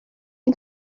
yng